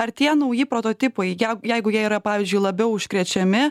ar tie nauji prototipai jeigu jie yra pavyzdžiui labiau užkrečiami